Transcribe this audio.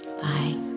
Bye